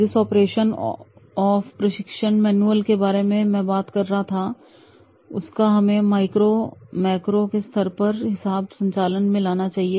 जिस operation of प्रशिक्षण manual के बारे में मैं बात कर रहा था उसको हमें माइक्रो मैक्रो के स्तर के हिसाब से संचालन में लाना चाहिए